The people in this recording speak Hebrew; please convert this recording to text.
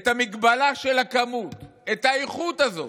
את המגבלה של הכמות, את האיכות הזאת,